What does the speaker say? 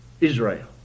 Israel